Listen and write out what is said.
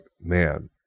man